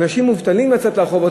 אנשים מובטלים, לצאת לרחובות.